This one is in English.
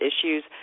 issues